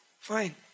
Fine